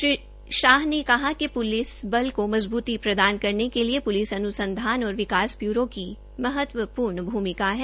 श्रीशाह ने कहा कि प्लिस बल को मजबूती प्रदान करने के लिए प्लिस अन्संधान और विकास ब्यूरो की महत्वपूर्ण भूमिका है